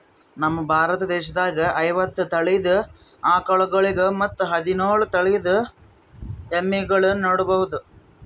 ನಮ್ ಭಾರತ ದೇಶದಾಗ್ ಐವತ್ತ್ ತಳಿದ್ ಆಕಳ್ಗೊಳ್ ಮತ್ತ್ ಹದಿನೋಳ್ ತಳಿದ್ ಎಮ್ಮಿಗೊಳ್ ನೋಡಬಹುದ್